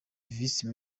vice